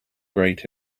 great